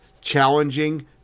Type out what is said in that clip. challenging